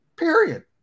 period